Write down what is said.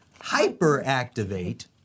hyperactivate